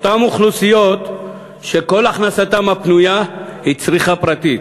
אותן אוכלוסיות שכל הכנסתן הפנויה היא צריכה פרטית,